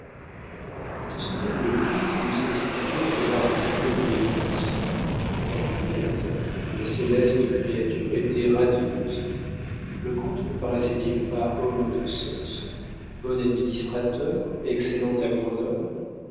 de semblables crises ne s'expliquaient que par le mot démence henriette la céleste créature était radieuse le comte ne paraissait il pas homme de sens bon administrateur excellent